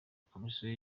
komisiyo